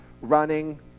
running